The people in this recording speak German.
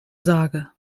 sage